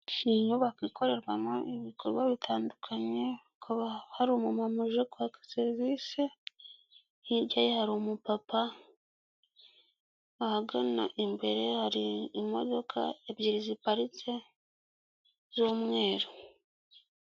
Iyi nyubako ikorerwamo ibikorwa bitandukanye hakaba hari umumama uje kwaka serivise hirya ye hari umupapa ahagana imbere hari imodoka ebyiri ziparitse z'umweru.